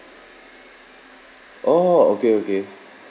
oh okay okay